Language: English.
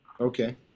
Okay